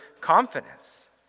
confidence